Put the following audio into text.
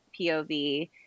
POV